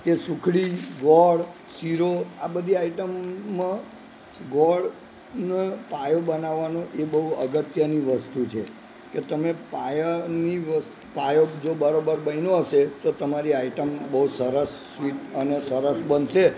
કે સુખડી ગોળ શીરો આ બધી આઈટમમાં ગોળનો પાયો બનાવવાનો એ બહુ અગત્યની વસ્તુ છે કે તમે પાયાની પાયો જો બરોબર બન્યો હશે તો તમારી આઈટમ બહુ સરસ સ્વીટ અને સરસ બનશે